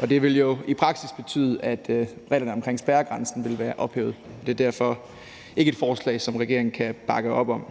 og det vil jo i praksis betyde, at reglerne om spærregrænsen ville blive ophævet. Det er derfor ikke et forslag, som regeringen kan bakke op om.